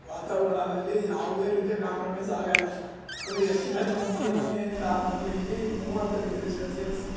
ವಾತಾವರ್ಣದಲ್ಲಿ ಯಾವುದೇ ರೀತಿಯ ಕಾಂಪ್ರೊಮೈಸ್ ಆಗಲ್ಲ ಅಂದ್ರೆ ಎಷ್ಟು ಬೇಗ ಮಿನಿಮಮ್ ಏನಿಲ್ಲ ಅಂತಂದ್ರೂ ಇಲ್ಲಿ ಮೂವತ್ತು ಡಿಗ್ರಿ ಸೆಲ್ಸಿಯಸ್